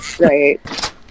right